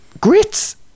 Grits